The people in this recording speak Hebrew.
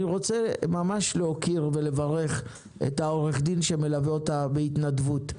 אני רוצה להוקיר ולברך את עורך הדין שמלווה אותה בהתנדבות,